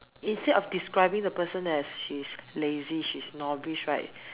instead of describing the person as she's lazy she's snobbish right